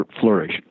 flourish